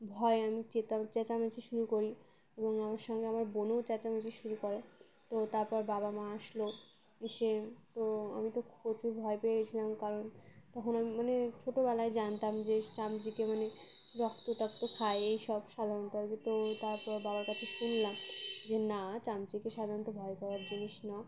ভয় আমি চেতা চেঁচাামেচি শুরু করি এবং আমার সঙ্গে আমার বোনও চেঁচামেচি শুরু করে তো তারপর বাবা মা আসলো এসে তো আমি তো প্রচুর ভয় পেয়ে গছিলাম কারণ তখন আমি মানে ছোটোবেলায় জানতাম যে চামচিকে মানে রক্ত টক্ত খাই এই সব সাধারণত আর কি তো তারপর বাবার কাছে শুনলাম যে না চামচিকে সাধারণত ভয় পাওয়ার জিনিস ন